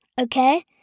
Okay